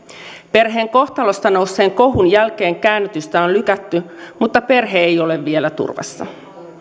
perheen kohtalosta nousseen kohun jälkeen käännytystä on lykätty mutta perhe ei ole vielä turvassa